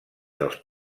dels